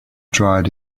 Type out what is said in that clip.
dried